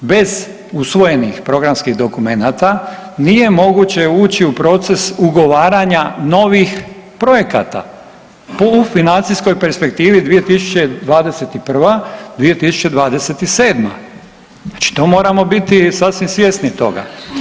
Bez usvojenih programskih dokumenata nije moguće ući u proces ugovaranja novih projekata po financijskoj perspektivi 2021.-2027., znači to moramo biti sasvim svjesni toga.